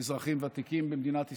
אזרחים ותיקים במדינת ישראל.